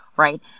Right